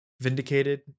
vindicated